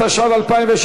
התשע"ו 2016,